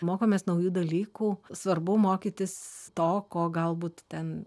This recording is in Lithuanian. mokomės naujų dalykų svarbu mokytis to ko galbūt ten